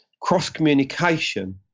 cross-communication